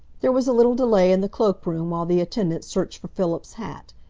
there was a little delay in the cloakroom while the attendant searched for philip's hat,